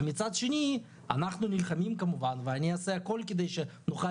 ומצד שני אנחנו נלחמים כמובן ואני אעשה הכל כדי שנוכל